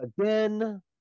again